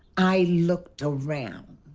i looked around.